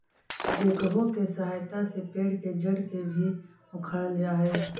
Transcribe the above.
backhoe के सहायता से पेड़ के जड़ के भी उखाड़ल जा हई